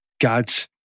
God's